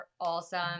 awesome